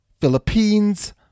Philippines